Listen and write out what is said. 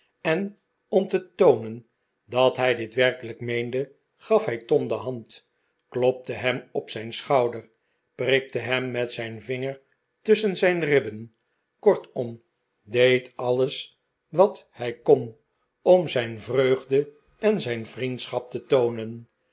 en om te toonen dat hij dit werkelijk meende gaf hij tom de hand klopte hem op zijn schouder prikte hem met zijn vinger tusschen zijn ribben kortom deed alles wat hij kon om zijn vreugde en zijn vriendschap te toonen